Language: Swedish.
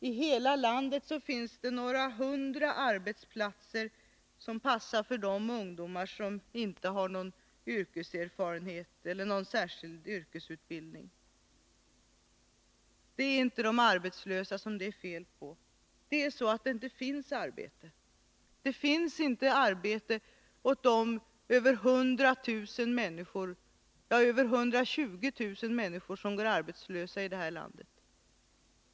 I hela landet finns det några hundra arbetsplatser, som passar de ungdomar som inte har någon yrkeserfarenhet eller särskild yrkesutbildning. Det är inte de arbetslösa det är fel på. Det är så, att det inte finns arbete. Det finns inte arbete åt de över 120 000 människor som går arbetslösa i det här landet.